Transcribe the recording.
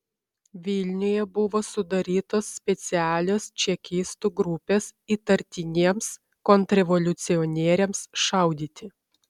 vilniuje buvo sudarytos specialios čekistų grupės įtartiniems kontrrevoliucionieriams šaudyti